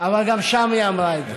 אבל גם שם היא אמרה את זה.